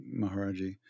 Maharaji